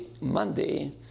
Monday